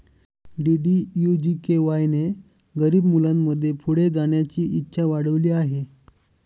DDU GKY ने गरीब मुलांमध्ये पुढे जाण्याची इच्छा वाढविली आहे